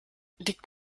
liegt